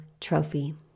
trophy